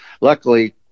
luckily